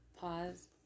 Pause